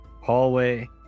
hallway